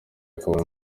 akaba